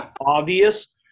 obvious